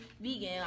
vegan